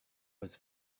was